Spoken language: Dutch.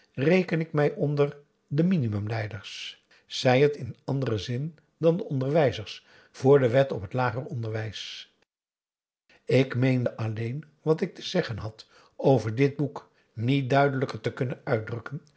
reken ik mij onder de minimum lijders zij het in anderen zin dan de onderwijzers vr de wet op het l o ik meende alleen wat ik te zeggen had over dit boek niet duidelijker te kunnen uitdrukken